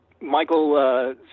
Michael